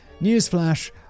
newsflash